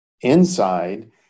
inside